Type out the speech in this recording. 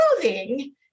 clothing